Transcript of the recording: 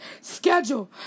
schedule